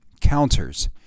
counters